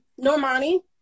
Normani